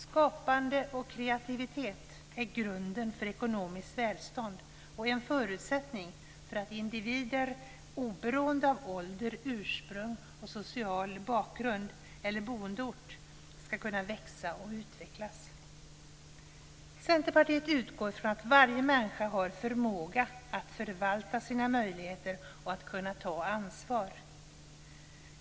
Skapande och kreativitet är grunden för ekonomiskt välstånd och en förutsättning för att individer, oberoende av ålder, ursprung, social bakgrund eller boendeort, ska kunna växa och utvecklas. Centerpartiet utgår från att varje människa har förmåga att förvalta sina möjligheter och att ta ansvar.